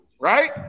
Right